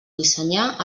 dissenyar